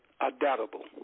adaptable